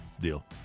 deal